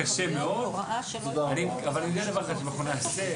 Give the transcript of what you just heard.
הישיבה ננעלה בשעה